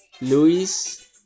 Luis